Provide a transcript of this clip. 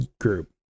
group